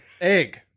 Egg